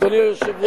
אדוני היושב-ראש,